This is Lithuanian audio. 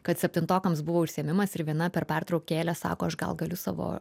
kad septintokams buvo užsiėmimas ir viena per pertraukėlę sako aš gal galiu savo